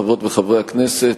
חברות וחברי הכנסת,